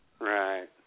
Right